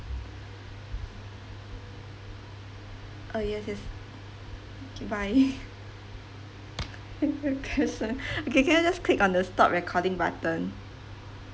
uh yes yes okay bye okay can you just click on the stop recording button